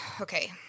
okay